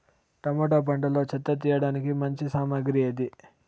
Tomato పంటలో చెత్త తీయడానికి మంచి సామగ్రి ఏది?